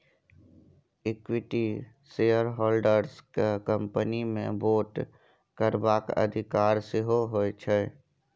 equity shareholders केँ company मे vote करबाक अधिकार सेहो होइ छै